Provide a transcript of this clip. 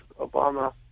Obama